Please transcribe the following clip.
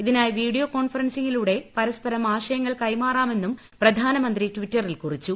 ഇതിനായി വീഡിയോ കോൺഫറൻസിംഗിലൂടെ പരസ്പരം ആശയങ്ങൾ കൈമാറാമെന്നും പ്രധാനമന്ത്രി ട്വിറ്ററിൽ കുറിച്ചു